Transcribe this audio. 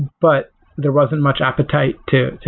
but there wasn't much appetite to to